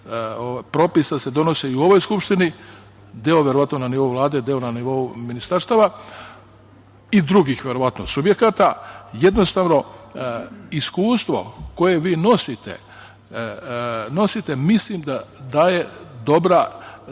propisa se donosi u ovoj Skupštini, deo verovatno na nivou Vlade, deo na nivou ministarstava i drugih subjekata, jednostavno iskustvo koje vi nosite mislim da daje dobre